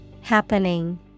Happening